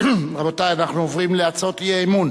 זהבה גלאון,